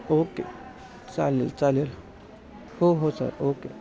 okay चालेल चालेल हो हो सर ओके